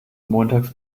montags